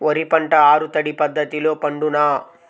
వరి పంట ఆరు తడి పద్ధతిలో పండునా?